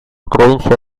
provincia